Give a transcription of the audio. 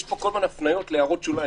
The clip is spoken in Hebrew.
יש פה כל הזמן הפניות להערות שוליים,